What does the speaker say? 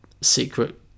secret